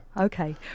Okay